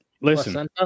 Listen